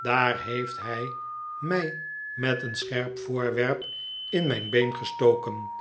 daar heeft hij mij met een scherp voorwerp in mijn been gestoken